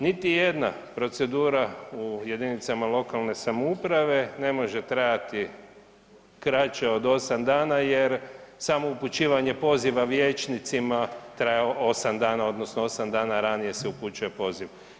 Niti jedna procedura u jedinicama lokalne samouprave ne može trajati kraće od 8 dana jer samo upućivanje poziva vijećnicima traje 8 dana odnosno 8 dana ranije se upućuje poziv.